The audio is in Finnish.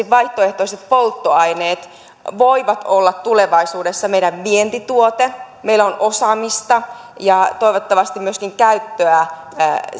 vaihtoehtoiset polttoaineet voivat olla tulevaisuudessa meidän vientituote meillä on osaamista ja toivottavasti myöskin käyttöä